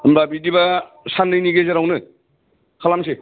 होमबा बिदिबा साननैनि गेजेरावनो खालामसै